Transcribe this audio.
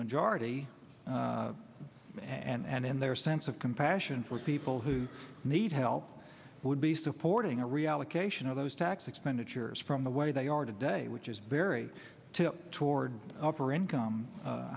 majority and their sense of compassion for people who need help would be supporting a reallocation of those tax expenditures from the way they are today which is very to toward upper income